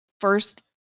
first